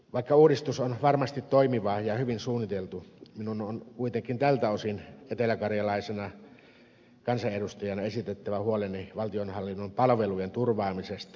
vaikka uudistus on varmasti toimiva ja hyvin suunniteltu minun on kuitenkin tältä osin eteläkarjalaisena kansanedustajana esitettävä huoleni valtionhallinnon palvelujen turvaamisesta jatkossa